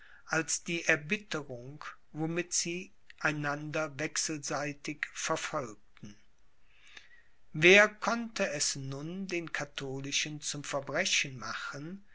als die erbitterung womit sie einander wechselseitig verfolgten wer konnte es nun den katholischen zum verbrechen machen